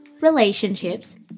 relationships